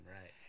right